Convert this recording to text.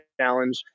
challenge